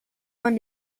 man